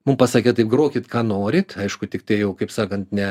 mum pasakė taip grokit ką norit aišku tiktai jau kaip sakant ne